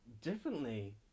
differently